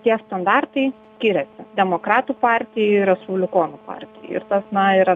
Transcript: tie standartai skiriasi demokratų partijai ir respublikonų partijai ir tas na yra